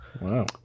wow